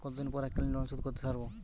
কতদিন পর এককালিন লোনশোধ করতে সারব?